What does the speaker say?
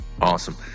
Awesome